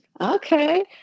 Okay